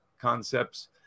concepts